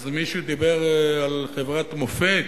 אז, מישהו דיבר על חברת מופת,